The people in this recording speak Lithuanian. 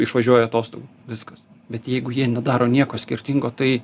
išvažiuoja atostogų viskas bet jeigu jie nedaro nieko skirtingo tai